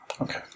Okay